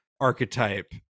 archetype